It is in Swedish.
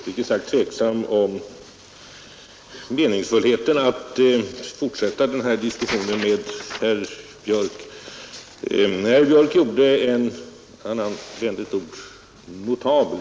Herr talman! Jag är uppriktigt sagt tveksam om meningsfullheten i att fortsätta den här diskussionen med herr Björck i Nässjö. Herr Björck använde ordet ”notabelt”.